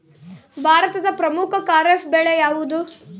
ಭಾರತದ ಪ್ರಮುಖ ಖಾರೇಫ್ ಬೆಳೆ ಯಾವುದು?